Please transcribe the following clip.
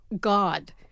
God